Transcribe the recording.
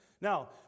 Now